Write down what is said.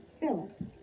Philip